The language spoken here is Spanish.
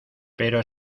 pero